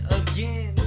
again